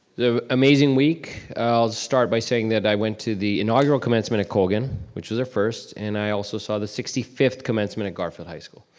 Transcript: amazing week, i'll start by saying that i went to the inaugural commencement at colegan, which is a first, and i also saw the sixty fifth commencement at garfield high school.